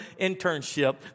internship